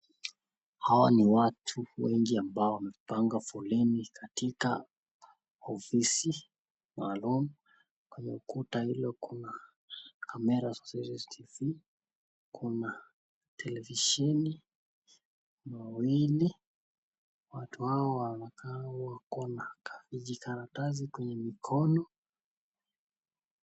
Hawa ni watu wengi ambao wamepanga foleni katika ofisi maalum, kwa hiyo ukuta hilo kuna kamera za cctv,kuna televisheni mawili, watu hao wanakaa wako na vijikaratsi kwenye mikono.